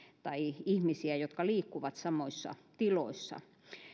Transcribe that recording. tai ihmisiä jotka liikkuvat samoissa tiloissa